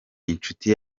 inshuti